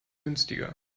günstiger